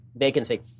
vacancy